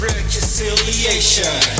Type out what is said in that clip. Reconciliation